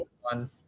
one